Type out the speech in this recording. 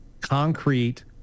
concrete